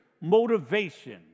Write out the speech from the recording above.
motivation